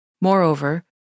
Moreover